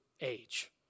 age